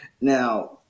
now